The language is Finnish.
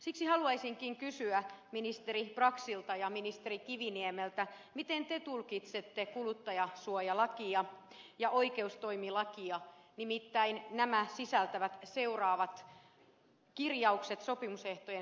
siksi haluaisinkin kysyä ministeri braxilta ja ministeri kiviniemeltä miten te tulkitsette kuluttajasuojalakia ja oikeustoimilakia nimittäin nämä sisältävät seuraavat kirjaukset sopimusehtojen säätelystä